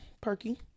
Perky